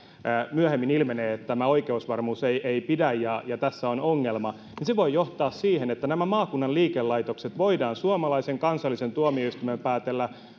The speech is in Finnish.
myöhemmin ilmenee että oikeusvarmuus ei ei pidä eu oikeuden kannalta ja tässä on ongelma se voi johtaa siihen että maakunnan liikelaitokset voidaan suomalaisen kansallisen tuomioistuimen